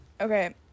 Okay